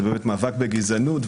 זה המאבק בגזענות,